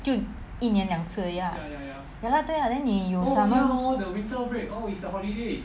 一年两次而已 lah ya lah 对 lah then 你有 summer